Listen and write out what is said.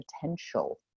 potential